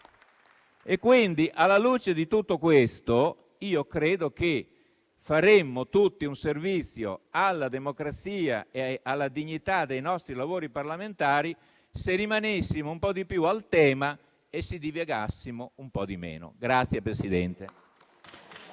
qua. Alla luce di tutto questo, credo che faremmo tutti un servizio alla democrazia e alla dignità dei nostri lavori parlamentari se rimanessimo un po' di più al tema e se divagassimo un po' di meno.